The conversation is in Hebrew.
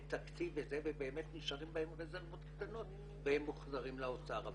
תקציב לזה ובאמת נשארות בהן רזרבות קטנות והן מוחזרות לאוצר.